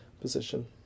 position